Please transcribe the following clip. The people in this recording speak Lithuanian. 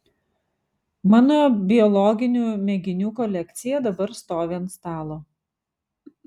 mano biologinių mėginių kolekcija dabar stovi ant stalo